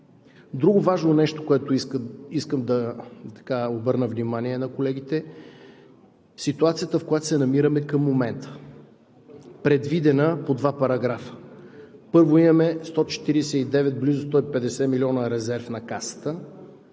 Друго важно нещо, на което искам да обърна внимание на колегите. Ситуацията, в която се намираме към момента, е предвидена по два параграфа. Първо, имаме 149, близо 150 милиона резерв на Касата